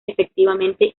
efectivamente